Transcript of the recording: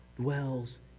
dwells